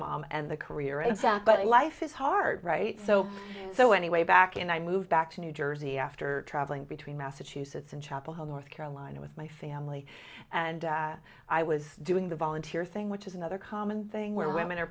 mom and the career is that but life is hard right so so anyway back and i moved back to new jersey after traveling between massachusetts and chapel hill north carolina with my family and i was doing the volunteer thing which is another common thing where women are